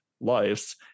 lives